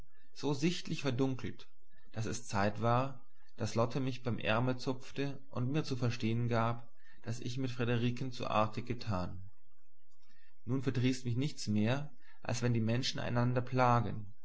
so sichtlich verdunkelt daß es zeit war daß lotte mich beim ärmel zupfte und mir zu verstehn gab daß ich mit friederiken zu artig getan nun verdrießt mich nichts mehr als wenn die menschen einander plagen